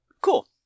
cool